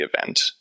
event